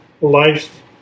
life